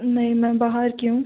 नहीं मैं बाहर की हूँ